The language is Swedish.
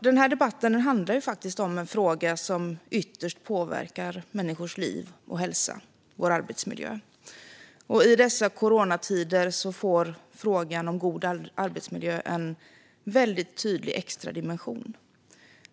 Denna debatt handlar faktiskt om en fråga som ytterst påverkar människors liv och hälsa, nämligen vår arbetsmiljö. I dessa coronatider får frågan om god arbetsmiljö en väldigt tydlig extra dimension.